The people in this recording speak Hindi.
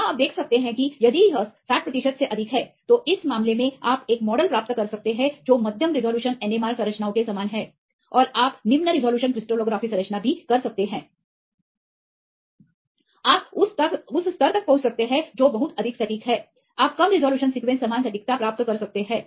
यहां आप देख सकते हैं कि यदि यह 60 प्रतिशत से अधिक है तो इस मामले में आप एक मॉडल प्राप्त कर सकते हैं जो मध्यम रिज़ॉल्यूशन एनएमआर संरचनाओं के समान है और आप निम्न रिज़ॉल्यूशन क्रिस्टलोग्राफी संरचना भी कर सकते हैं आप उस स्तर तक पहुंच सकते हैं जो बहुत अधिक सटीक है आप कम रिज़ॉल्यूशन सीक्वेंस समान सटीकता प्राप्त कर सकते हैं